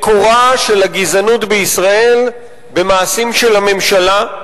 מקורה של הגזענות בישראל במעשים של הממשלה,